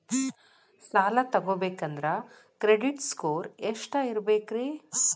ಸಾಲ ತಗೋಬೇಕಂದ್ರ credit score ಎಷ್ಟ ಇರಬೇಕ್ರಿ?